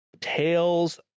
Tales